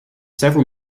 several